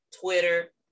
Twitter